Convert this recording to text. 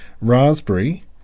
raspberry